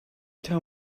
tell